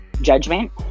judgment